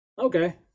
okay